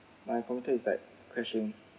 my converter is like crashing